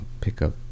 pickup